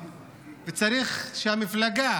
וצריך שהמפלגה